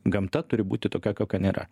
gamta turi būti tokia kokia nėra